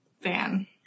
fan